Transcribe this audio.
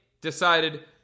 decided